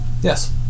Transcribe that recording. Yes